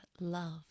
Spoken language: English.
love